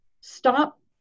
Stop